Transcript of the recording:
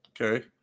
Okay